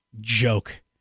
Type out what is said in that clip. joke